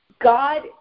god